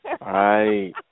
right